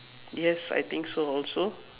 yes I think so also